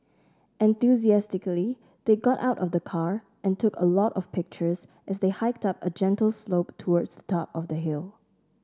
enthusiastically they got out of the car and took a lot of pictures as they hiked up a gentle slope towards the top of the hill